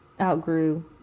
outgrew